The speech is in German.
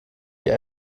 die